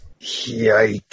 Yikes